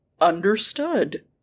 understood